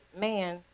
man